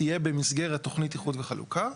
תהיה במסגרת תוכנית איחוד וחלוקה,